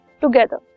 together